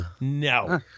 no